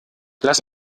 lass